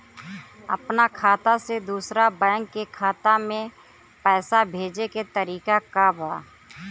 अपना खाता से दूसरा बैंक के खाता में पैसा भेजे के तरीका का बा?